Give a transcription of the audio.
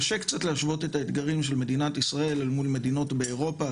קשה קצת להשוות את האתגרים של מדינת ישראל אל מול מדינות באירופה.